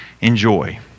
enjoy